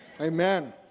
Amen